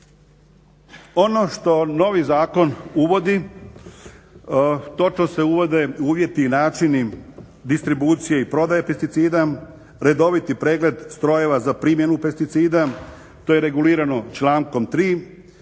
Ono što novi zakon uvodi, točno se uvode uvjeti, načini, distribucije i prodaje pesticida, redoviti pregled strojeva za primjenu pesticida, to je regulirano člankom